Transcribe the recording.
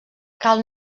cal